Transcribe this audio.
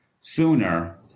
sooner